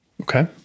okay